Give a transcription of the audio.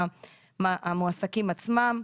המועסקים עצמם.